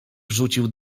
wrzucił